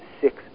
six